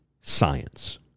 science